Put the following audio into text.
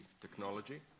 technology